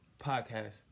podcast